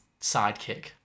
sidekick